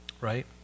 Right